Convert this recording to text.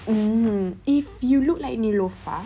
mm if you look like neelofa